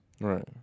Right